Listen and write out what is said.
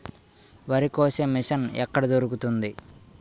వరి కోసే మిషన్ ఎక్కడ దొరుకుతుంది?